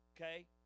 okay